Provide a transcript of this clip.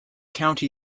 county